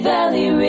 Valley